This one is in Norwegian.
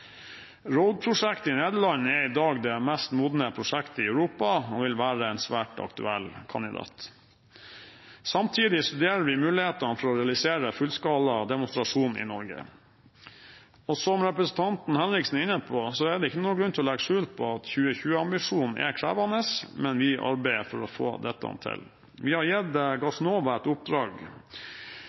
i Nederland er i dag det mest modne prosjektet i Europa og vil være en svært aktuell kandidat. Samtidig studerer vi mulighetene for å realisere fullskala demonstrasjon i Norge. Som representanten Henriksen er inne på, er det ikke noen grunn til å legge skjul på at 2020-ambisjonen er krevende, men vi arbeider for å få dette til. Vi har gitt Gassnova et oppdrag,